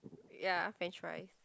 ya french fries